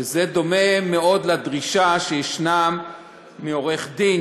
שזה דומה מאוד לדרישה שישנה מעורך-דין,